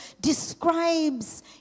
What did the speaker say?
describes